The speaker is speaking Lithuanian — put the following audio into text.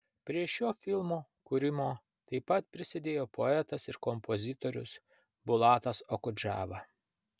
prie šio filmo kūrimo taip pat prisidėjo poetas ir kompozitorius bulatas okudžava